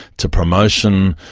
to promotion,